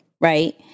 right